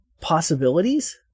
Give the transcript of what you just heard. possibilities